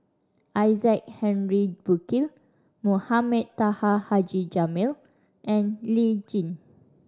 Isaac Henry Burkill Mohamed Taha Haji Jamil and Lee Tjin